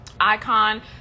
icon